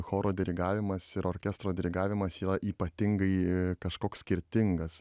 choro dirigavimas ir orkestro dirigavimas yra ypatingai kažkoks skirtingas